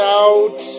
out